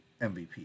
mvp